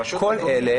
רשות מקומית.